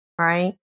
Right